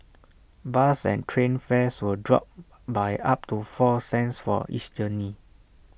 bus and train fares will drop by up to four cents for each journey